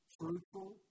fruitful